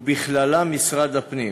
ובכללם משרד הפנים.